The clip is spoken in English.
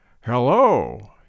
Hello